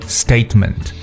statement